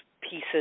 pieces